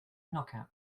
knockout